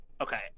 Okay